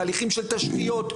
תהליכים של תשתיות,